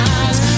eyes